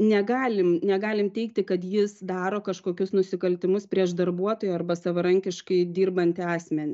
negalim negalim teigti kad jis daro kažkokius nusikaltimus prieš darbuotoją arba savarankiškai dirbantį asmenį